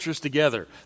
together